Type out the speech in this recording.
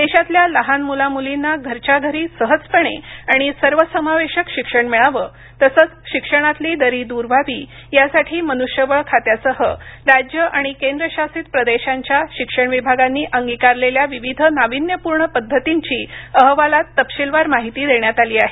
देशातल्या लहान मुलामुलींना घरच्याघरी सहजपणे आणि सर्वसमावेशक शिक्षण मिळावं तसंच शिक्षणातली दरी दूर व्हावी यासाठी मनुष्यबळ खात्यासह राज्यं आणि केंद्रशासित प्रदेशांच्या शिक्षण विभागांनी अंगिकारलेल्या विविध नावीन्यपूर्ण पद्धतींची अहवालात तपशीलवार माहिती देण्यात आली आहे